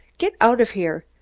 get out of here!